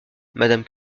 madame